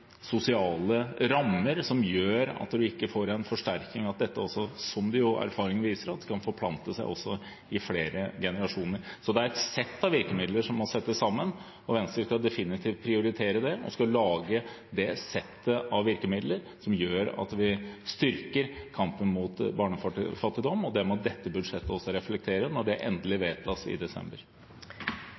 ikke får en forsterkning – erfaringen viser at dette kan forplante seg i flere generasjoner. Det er et sett av virkemidler som må settes sammen, og Venstre vil definitivt prioritere å lage det settet av virkemidler som gjør at vi styrker kampen mot barnefattigdom. Det må dette budsjettet også reflektere når det endelig vedtas i desember.